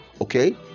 okay